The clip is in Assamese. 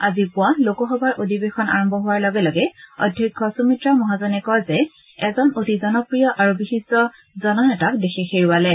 আজি পুৱা লোকসভাৰ অধিৱেশন আৰম্ভ হোৱাৰ লগে লগে অধ্যক্ষ সুমিত্ৰা মহাজনে কয় যে অতি জনপ্ৰিয় আৰু বিশিষ্ট জননেতাক দেশে হেৰুৱালে